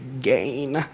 gain